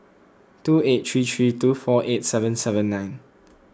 two eight three three two four eight seven seven nine